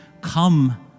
come